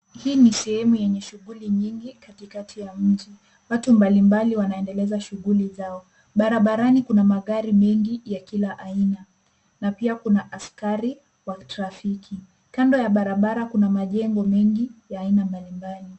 Hii ni sehemu yenye shughuli nyingi katikati ya mji. Watu mbalimbali wanaenedeleza shughuli zao. Barabarani kuna magari mengi ya kila aina na pia kuna askari wa kitrafiki. Kando ya barabara kuna majengo mengi ya aina mbalimbali.